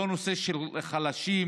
לא נושא של חלשים.